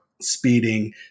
speeding